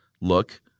look